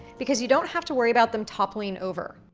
because you don't have to worry about them toppling over.